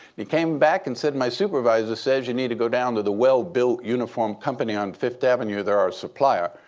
he came back and said, my supervisor says you need to go down to the well-built uniform company on fifth avenue. they're our supplier.